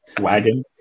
Wagon